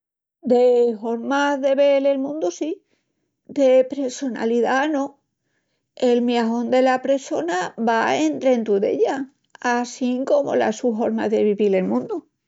De hormas de vel el mundu sí, de pressonalidá no, el miajón dela pressona va endrentu d'ella. Assín comu la su horma de vivil el mundu.